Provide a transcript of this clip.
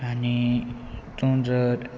आनी तूं जर